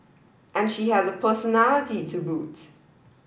and she has a personality to boot